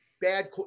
bad